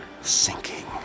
sinking